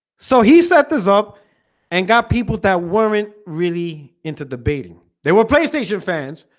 so he set this up and got people that weren't really into debating they were playstation fans